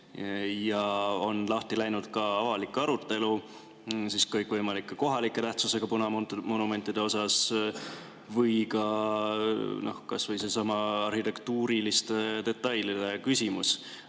Ja on lahti läinud ka avalik arutelu kõikvõimalikke kohalike tähtsusega punamonumentide üle. Ja kas või seesama arhitektuuriliste detailide küsimus.